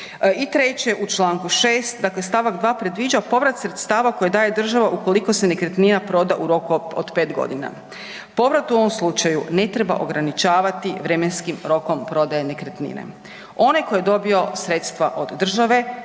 Treće, u čl. 6. st. 2. predviđa povrat sredstva koje daje država ukoliko se nekretnina proda u roku od pet godina. Povrat u ovom slučaju ne treba ograničavati vremenskim rokom prodaje nekretnine. Onaj tko je dobio sredstva od države